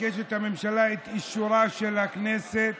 מבקשת הממשלה את אישורה של הכנסת